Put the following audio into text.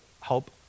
help